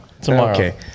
Tomorrow